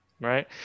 right